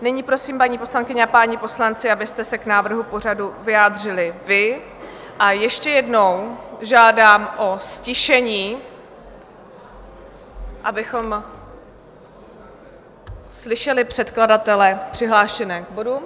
Nyní prosím, paní poslankyně a páni poslanci, abyste se k návrhu pořadu vyjádřili vy, a ještě jednou žádám o ztišení, abychom slyšeli předkladatele přihlášené k bodům.